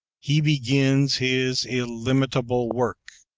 he begins his illimitable work.